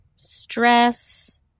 stress